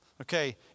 Okay